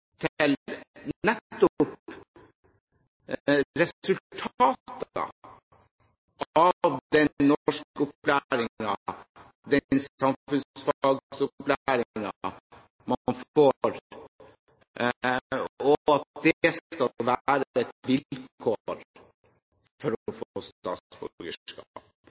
resultatet av den norskopplæringen og den samfunnsfagopplæringen man får, og at det skal være et vilkår for å få statsborgerskap.